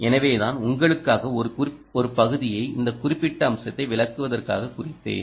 எனவேநான் உங்களுக்காக ஒரு பகுதியை இந்த குறிப்பிட்ட அம்சத்தை விளக்குவதற்காகக் குறித்தேன்